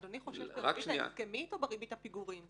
אדוני חושש בריבית ההסכמית או בריבית הפיגורים?